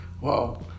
Wow